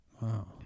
Wow